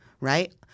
Right